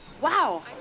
Wow